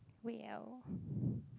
well